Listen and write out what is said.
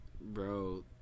Bro